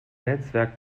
netzwerk